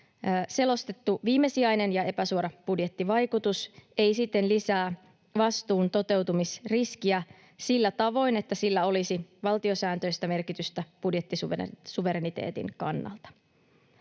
selostettu viimesijainen ja epäsuora budjettivaikutus ei siten lisää vastuun toteutumisriskiä sillä tavoin, että sillä olisi valtiosääntöistä merkitystä budjettisuvereniteetin kannalta.